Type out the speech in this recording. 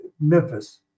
Memphis